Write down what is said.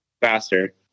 faster